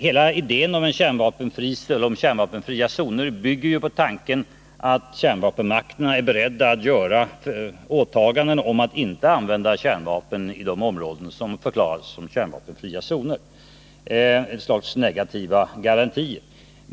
Hela idén om kärnvapenfria zoner bygger på tanken att kärnvapenmakterna är beredda att göra åtaganden om att inte använda kärnvapen i de områden som förklaras som kärnvapenfria zoner, ett slags negativa garantier.